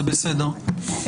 זה בסדר.